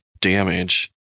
damage